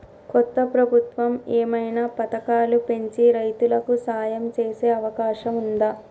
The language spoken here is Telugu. కొత్త ప్రభుత్వం ఏమైనా పథకాలు పెంచి రైతులకు సాయం చేసే అవకాశం ఉందా?